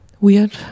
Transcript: Weird